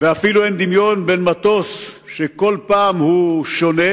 ואפילו אין דמיון בין מטוס שכל פעם הוא שונה